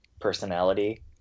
personality